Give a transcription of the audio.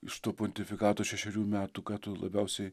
iš tų pontifikato šešerių metų ką tu labiausiai